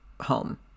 home